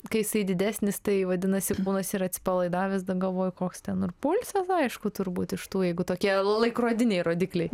kai jisai didesnis tai vadinasi kūnas yra atsipalaidavęs dar galvoju koks ten ir pulsas aišku turbūt iš tų jeigu tokie laikrodiniai rodikliai